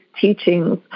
teachings